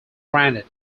granted